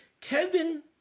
Kevin